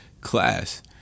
class